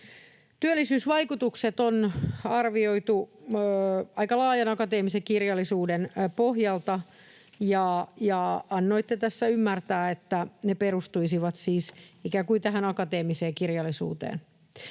työllisyysvaikutukset on arvioitu aika laajan akateemisen kirjallisuuden pohjalta, ja annoitte tässä ymmärtää, että ne perustuisivat siis ikään kuin tähän akateemiseen kirjallisuuteen.